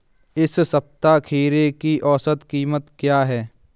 इस सप्ताह खीरे की औसत कीमत क्या है?